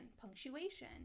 punctuation